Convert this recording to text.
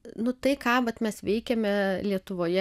nu tai ką vat mes veikiame lietuvoje